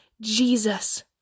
Jesus